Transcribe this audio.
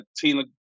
Tina